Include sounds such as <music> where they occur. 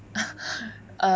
<breath> uh